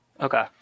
Okay